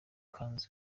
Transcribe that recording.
kanzu